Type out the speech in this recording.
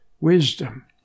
wisdom